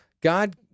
God